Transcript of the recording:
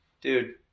dude